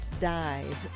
dive